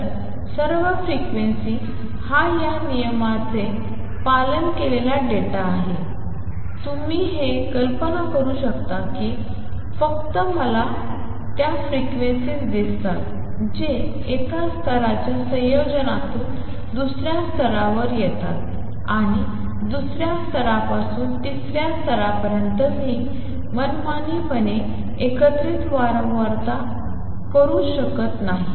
तर सर्व फ्रिक्वेन्सी हा या नियमाचे पालन केलेला डेटा आहे तुम्ही हे कल्पना करू शकता की फक्त मला त्या फ्रिक्वेन्सीज दिसतात जे एका स्तराच्या संयोजनातून दुसऱ्या स्तरावर येतात आणि दुसऱ्या स्तरापासून तिसऱ्या स्तरापर्यंत मी मनमानीपणे एकत्रित वारंवारता करू शकत नाही